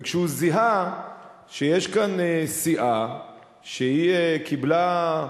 וכשהוא זיהה שיש כאן סיעה שקיבלה,